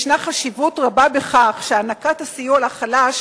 יש חשיבות רבה בכך שהענקת הסיוע לחלש